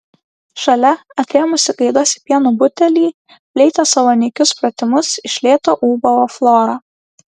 šalia atrėmusi gaidas į pieno butelį fleita savo nykius pratimus iš lėto ūbavo flora